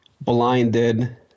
blinded